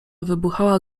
wybuchała